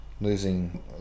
losing